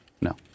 No